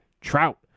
Trout